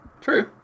True